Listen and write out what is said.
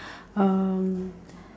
um